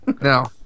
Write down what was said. No